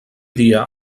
dia